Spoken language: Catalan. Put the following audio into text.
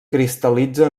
cristal·litza